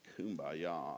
kumbaya